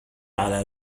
على